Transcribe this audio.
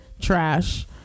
trash